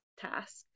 task